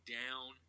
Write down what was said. down